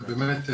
ובאמת,